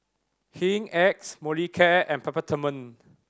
Hygin X Molicare and Peptamen